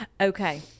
Okay